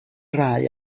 rhai